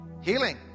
Healing